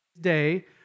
day